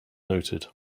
noted